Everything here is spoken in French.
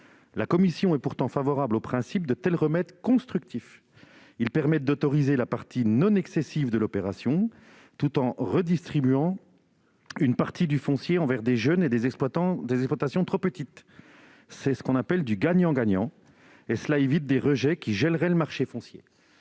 La commission est pourtant favorable au principe de tels remèdes constructifs : ils permettent d'autoriser la partie non excessive de l'opération tout en redistribuant une part du foncier à des jeunes et à des exploitations trop petites. C'est ce qu'on appelle du gagnant-gagnant. De telles mesures évitent en outre